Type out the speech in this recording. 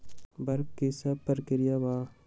वक्र कि शव प्रकिया वा?